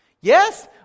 Yes